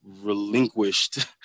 relinquished